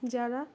যারা